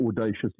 audacious